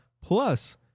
plus